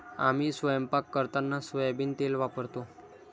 आम्ही स्वयंपाक करताना सोयाबीन तेल वापरतो